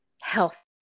health